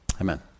Amen